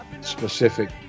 specific